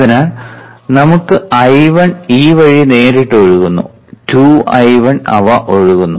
അതിനാൽ നമുക്ക് I1 ഈ വഴി നേരിട്ട് ഒഴുകുന്നു 2 I1 അവ ഒഴുകുന്നു